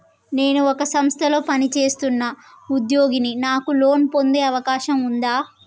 నేను ఒక సంస్థలో పనిచేస్తున్న ఉద్యోగిని నాకు లోను పొందే అవకాశం ఉందా?